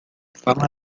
fama